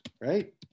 right